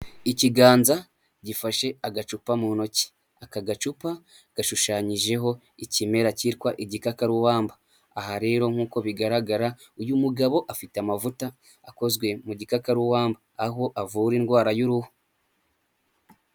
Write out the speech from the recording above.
Ikiganza gifashe agacupa mu ntoki, aka gacupa gashushanyijeho ikimera cyitwa igikakarubamba, aha rero nk'uko bigaragara uyu mugabo afite amavuta akozwe mu gikakaruwamba aho avura indwara y'uruhu.